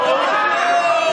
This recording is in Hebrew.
אוה,